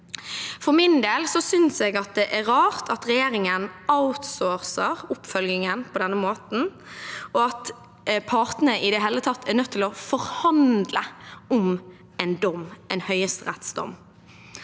For min del synes jeg det er rart at regjeringen outsourcer oppfølgingen på denne måten, og at partene i det hele tatt er nødt til å forhandle om en dom – en høyesterettsdom.